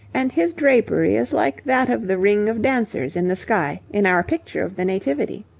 and his drapery is like that of the ring of dancers in the sky in our picture of the nativity.